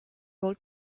old